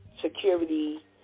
Security